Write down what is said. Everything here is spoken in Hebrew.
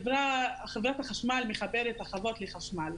חברת החשמל מחברת את החוות לחשמל.